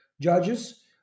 judges